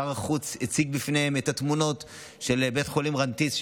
שר החוץ הציג בפניהם את התמונות של בית החולים רנתיסי,